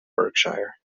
berkshire